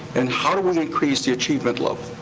and how do we increase the achievement level?